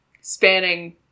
spanning